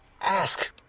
Ask